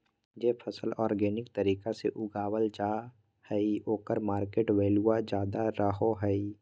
जे फसल ऑर्गेनिक तरीका से उगावल जा हइ ओकर मार्केट वैल्यूआ ज्यादा रहो हइ